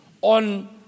on